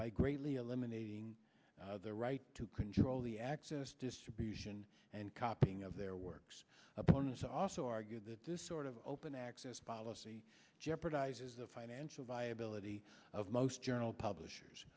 by greatly eliminating their right to control the access distribution and copying of their works opponents also argue that this sort of open access policy jeopardizes the financial viability of most journal publishers